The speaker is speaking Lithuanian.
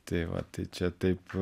tai va tai čia taip